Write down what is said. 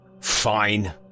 Fine